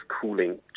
cooling